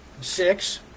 six